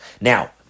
Now